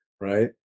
right